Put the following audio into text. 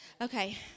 Okay